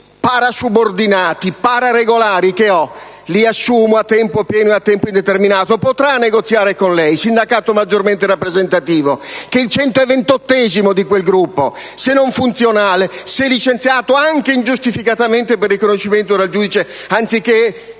parasubordinati e pararegolari, a tempo pieno e a tempo indeterminato, potrà negoziare con lei, sindacato maggiormente rappresentativo, che il centoventottesimo di quel gruppo, se non funzionale, se licenziato anche ingiustificatamente per riconoscimento dal giudice, anziché